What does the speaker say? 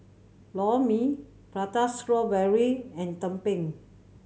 Lor Mee Prata Strawberry and tumpeng